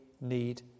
need